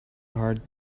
heart